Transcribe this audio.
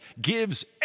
gives